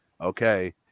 okay